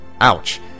ouch